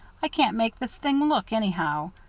i can't make this thing look anyhow.